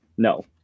No